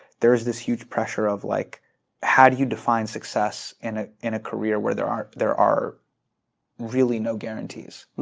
there's this huge pressure of like how do you define success in ah in a career where there are there are really no guarantees?